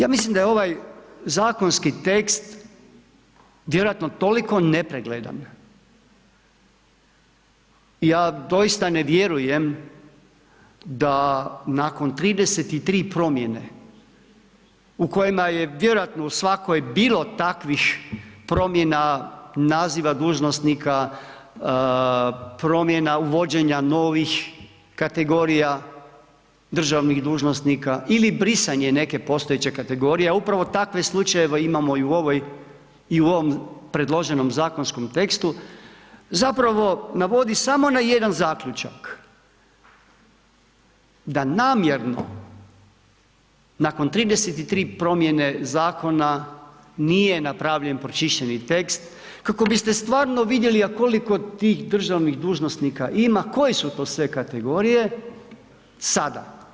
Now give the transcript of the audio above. Ja mislim da je ovaj zakonski tekst vjerojatno toliko nepregledan i ja doista ne vjerujem da nakon 33 promjene u kojima je vjerojatno u svakoj bilo takvih promjena naziva dužnosnika, promjena uvođenja novih kategorija državnih dužnosnika ili brisanje neke postojeće kategorije a upravo takve slučajeve imamo i u ovom predloženom zakonskom tekstu zapravo navodi samo na jedan zaključak da namjerno nakon 33 promjene zakona nije napravljen pročišćeni tekst kako biste stvarno vidjeli a koliko tih državnih dužnosnika ima, koje su to sve kategorije, sada.